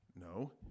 No